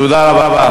תודה רבה.